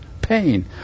Pain